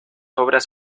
obras